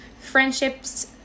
friendships